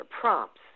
prompts